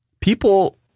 people